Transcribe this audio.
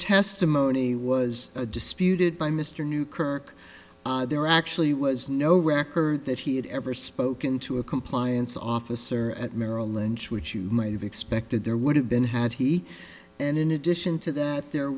testimony was a disputed by mr knew kirk there actually was no record that he had ever spoken to a compliance officer at merrill lynch which you might have expected there would have been had he and in addition to that there